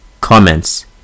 Comments